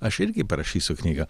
aš irgi parašysiu knygą